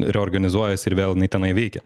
reorganizuojasi ir vėl jinai tenai veikia